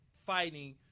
fighting